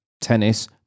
tennis